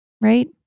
right